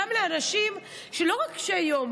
גם אנשים שהם לא קשי יום,